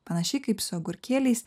panašiai kaip su agurkėliais